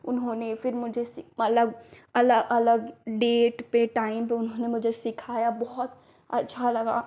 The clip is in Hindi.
उन्होंने फिर मुझे सी मतलब अलग अलग डेट पर टाइम पर उन्होंने मुझे सिखाया बहुत अच्छा लगा